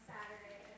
Saturday